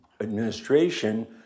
Administration